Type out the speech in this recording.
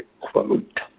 quote